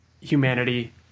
humanity